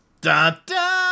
Da-da